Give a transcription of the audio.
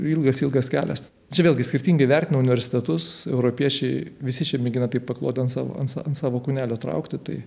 ilgas ilgas kelias čia vėlgi skirtingai vertino universitetus europiečiai visi šie mėgina taip paklodę ant savo kūnelio traukti tai